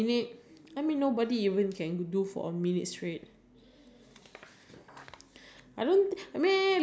I think that was I think for a while it sounds nice but after so long it just gets really annoying at some point